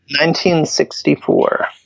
1964